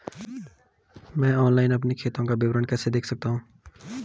मैं ऑनलाइन अपने खाते का विवरण कैसे देख सकता हूँ?